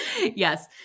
Yes